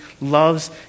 loves